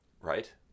Right